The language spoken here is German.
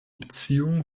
beziehung